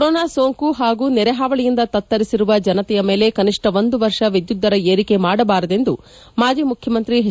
corona ಸೋಂಕು ಹಾಗೂ ನೆರೆ ಹಾವಳಿಯಿಂದ ತತ್ತರಿಸಿರುವ ಜನತೆಯ ಮೇಲೆ ಕನಿಷ್ಠ ಒಂದು ವರ್ಷ ವಿದ್ಯುತ್ ದರ ಏರಿಕೆ ಮಾಡಬಾರದೆಂದು ಮಾಜಿ ಮುಖ್ಯಮಂತ್ರಿ ಎಚ್